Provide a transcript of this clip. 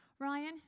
Ryan